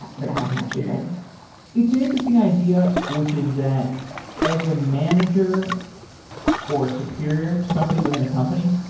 but i haven't actually read it it's an interesting idea, which is that as a manager or a superior to somebody within a company,